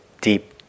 deep